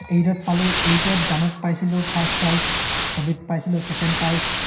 এইটত পালোঁ এইটত গানত পাইছিলোঁ ফাৰ্ষ্ট প্ৰাইজ ছবিত পাইছিলোঁ ছেকেণ্ড প্ৰাইজ